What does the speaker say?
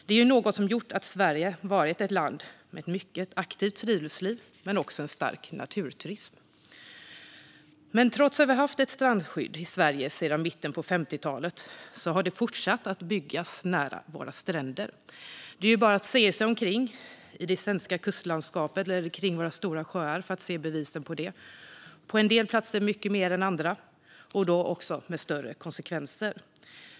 Det här har gjort Sverige till ett land med ett mycket aktivt friluftsliv och en stark naturturism. Trots att vi har haft ett strandskydd i Sverige sedan 1950-talet har det fortsatt att byggas nära våra stränder. Det är bara att se sig omkring i det svenska kustlandskapet eller kring våra stora sjöar för att se bevisen på det - på en del platser mycket mer än på andra och då också med större konsekvenser.